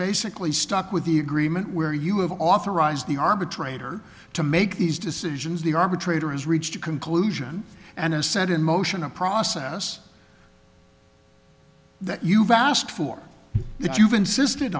basically stuck with the agreement where you have authorized the arbitrator to make these decisions the arbitrator has reached a conclusion and is set in motion a process that you've asked for it you've insisted